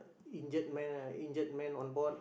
injured man ah injured man on board